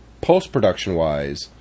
post-production-wise